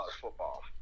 football